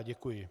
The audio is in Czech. Děkuji.